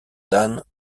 dan